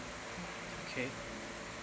okay